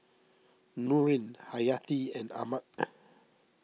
Nurin Hayati and Ahmad